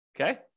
Okay